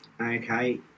okay